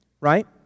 right